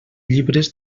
llibres